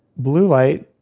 blue light,